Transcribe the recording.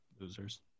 Losers